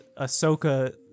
Ahsoka